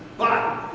but